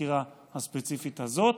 החקירה הספציפית הזאת,